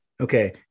Okay